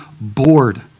bored